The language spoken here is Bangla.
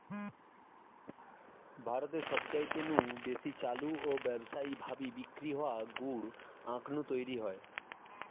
ভারতে সবচাইতে নু বেশি চালু ও ব্যাবসায়ী ভাবি বিক্রি হওয়া গুড় আখ নু তৈরি হয়